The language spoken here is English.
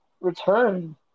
return